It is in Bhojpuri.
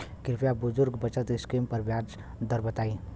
कृपया बुजुर्ग बचत स्किम पर ब्याज दर बताई